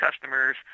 customers